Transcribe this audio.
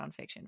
nonfiction